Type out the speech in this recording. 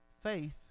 faith